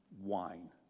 wine